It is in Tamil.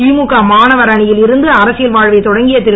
திமுக மாணவரணியில் இருந்து அரசியல் வாழ்வை தொடக்கிய திரு